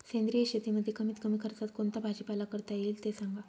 सेंद्रिय शेतीमध्ये कमीत कमी खर्चात कोणता भाजीपाला करता येईल ते सांगा